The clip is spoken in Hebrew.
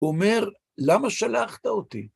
‫הוא אומר, למה שלחת אותי?